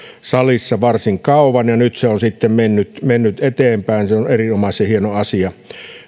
salissa varsin kauan ja nyt se on sitten mennyt mennyt eteenpäin se on erinomaisen hieno asia